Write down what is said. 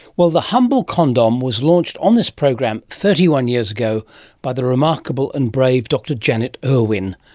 well, the humble condom was launched on this program thirty one years ago by the remarkable and brave dr janet irwin.